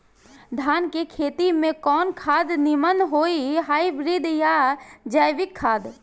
धान के खेती में कवन खाद नीमन होई हाइब्रिड या जैविक खाद?